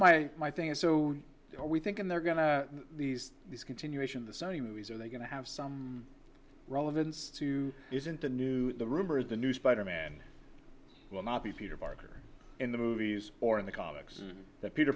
my my thing is so are we thinking they're going to these these continuation of the same movies are they going to have some relevance to isn't the new the rumor is the new spider man will not be peter parker in the movies or in the comics that peter